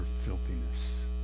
filthiness